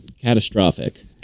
catastrophic